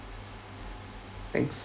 thanks